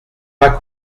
pas